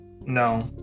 no